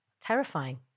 Terrifying